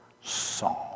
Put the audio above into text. song